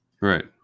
Right